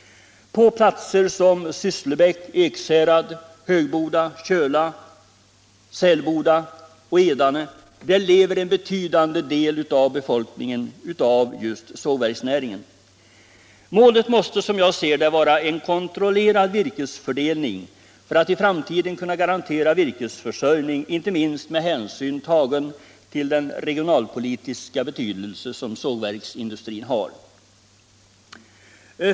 På platser som Sysslebäck, Ekshärad, Högboda, Köla, Sälboda och Edane lever en betydande del av befolkningen av sågverksnäringen. Målet måste, som jag ser det, vara en kontrollerad virkesfördelning för att i framtiden kunna garantera virkesförsörjning, inte minst med hänsyn tagen till den regionalpolitiska betydelse som sågverksindustrin har.